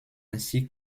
ainsi